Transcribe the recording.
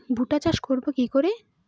ভুট্টা চাষ করব কি করে?